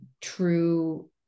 true